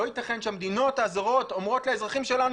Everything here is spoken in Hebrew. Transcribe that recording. לא ייתכן שכשהמדינות הזרות אומרות לאזרחים שלנו,